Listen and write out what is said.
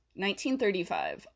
1935